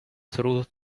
through